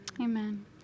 Amen